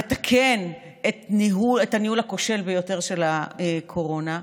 לתקן את הניהול הכושל ביותר של קורונה.